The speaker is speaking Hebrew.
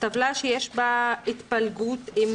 שיש בה התפלגות של